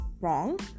wrong